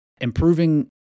improving